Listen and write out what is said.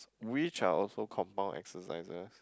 which are also compound exercises